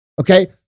Okay